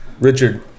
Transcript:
Richard